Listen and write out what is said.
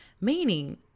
Meaning